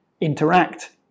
interact